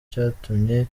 cyatumye